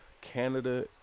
Canada